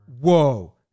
whoa